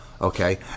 Okay